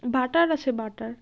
butter আছে butter